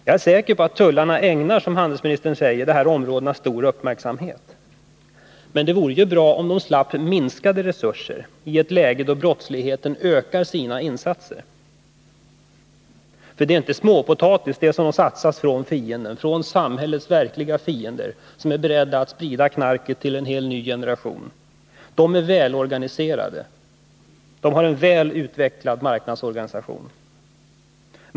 Jag är säker på att tullverket, som handelsministern säger, ägnar dessa Nr 110 områden stor uppmärksamhet. Men det vore ju bra om det slapp få en Torsdagen den minskning av sina resurser i ett läge då brottsligheten ökar sina insatser. Det 2 april 1981 är inte småpotatis som satsas från samhällets verkliga fiender, som är beredda att sprida knarket till en helt ny generation. De är välorganiserade — de har en väl utvecklad marknadsorganisation.